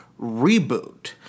reboot